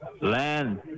land